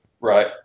Right